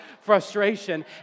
frustration